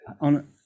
on